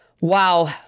Wow